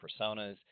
personas